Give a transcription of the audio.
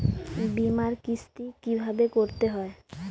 বিমার কিস্তি কিভাবে করতে হয়?